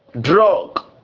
drug